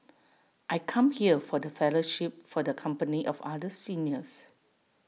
I come here for the fellowship for the company of other seniors